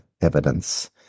evidence